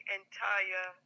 entire